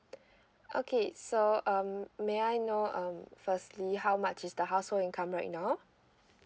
okay so um may I know um firstly how much is the household income right now